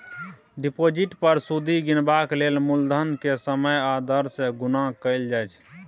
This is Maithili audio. डिपोजिट पर सुदि गिनबाक लेल मुलधन केँ समय आ दर सँ गुणा कएल जाइ छै